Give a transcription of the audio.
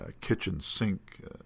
kitchen-sink